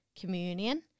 communion